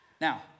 Now